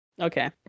Okay